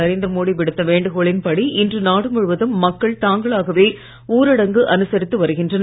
நரேந்திர மோடி வேண்டுகோளின்படி இன்று நாடு முழுவதும் மக்கள் விடுத்த தாங்களாகவே ஊரடங்கு அனுசரித்து வருகின்றனர்